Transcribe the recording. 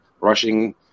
rushing